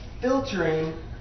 filtering